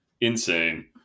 insane